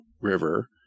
river